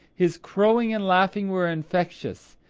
his crowing and laughing were infectious.